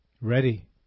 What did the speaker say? ready